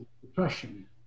depression